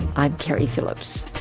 i'm keri phillips